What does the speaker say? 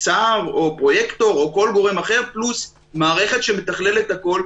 צה"ל או פרויקטור או כל גורם אחר פלוס מערכת שמתכללת הכול,